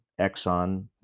Exxon